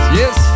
yes